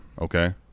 okay